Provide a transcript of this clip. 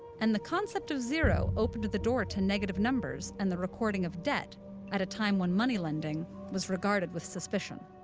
and the concept of zero opened the door to negative numbers and the recording of debt at a time when moneylending was regarded with suspicion.